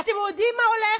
אתם יודעים מה הולך?